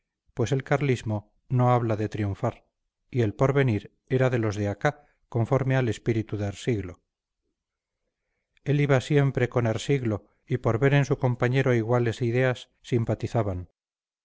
pues el carlismo no habla de triunfar y el porvenir era de los de acá conforme al ejpíritu der siglo él iba siempre con er siglo y por ver en su compañero iguales ideas simpatisaban